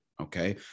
okay